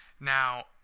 Now